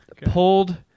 pulled